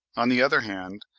on the other hand,